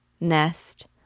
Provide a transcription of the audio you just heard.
nest